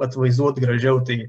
atvaizduot gražiau tai